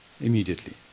immediately